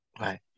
right